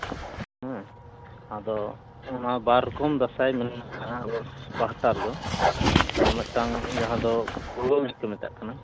ᱦᱮᱸ ᱟᱫᱚ ᱚᱱᱟ ᱵᱟᱨ ᱨᱚᱠᱚᱢ ᱫᱟᱸᱥᱟᱭ ᱢᱮᱱᱟᱜᱼᱟ ᱟᱵᱚ ᱯᱟᱦᱴᱟ ᱨᱮᱫᱚ ᱢᱤᱫᱴᱟᱝ ᱡᱟᱦᱟᱸ ᱫᱚ ᱵᱷᱩᱣᱟᱹᱝ ᱮᱱᱮᱡ ᱠᱚ ᱢᱮᱛᱟᱜ ᱠᱟᱱᱟ